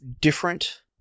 different